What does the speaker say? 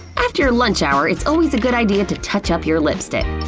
after your lunch hour, it's always a good idea to touch up your lipstick.